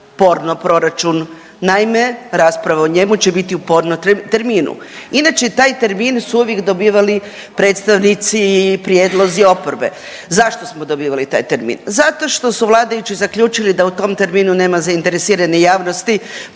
porno proračun. Naime, rasprava o njemu će biti porno terminu. Inače taj termin su uvijek dobivali predstavnici i prijedlozi oporbe. Zašto smo dobivali taj termin? Zato što su vladajući zaključili da u tom terminu nema zainteresirane javnosti